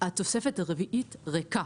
התוספת הרביעית ריקה